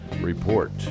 Report